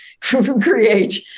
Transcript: create